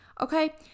Okay